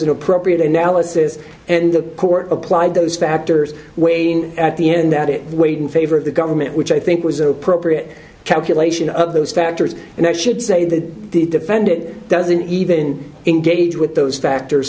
an appropriate analysis and the court applied those factors waiting at the end that it weighed in favor of the government which i think was an appropriate calculation of those factors and i should say that the defendant doesn't even in gauge with those factors